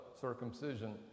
circumcision